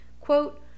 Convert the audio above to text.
Quote